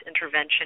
intervention